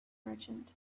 merchant